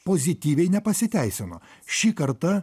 pozityviai nepasiteisino šį kartą